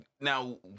now